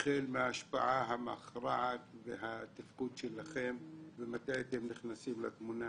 שמעתי על התפקוד שלכם ומתי אתם נכנסים לתמונה.